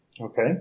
Okay